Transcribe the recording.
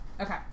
Okay